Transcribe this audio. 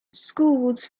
schools